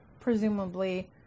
presumably